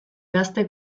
gazte